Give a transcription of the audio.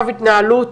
התנהלות